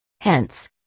Hence